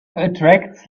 attracts